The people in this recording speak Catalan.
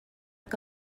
que